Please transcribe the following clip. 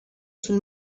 sul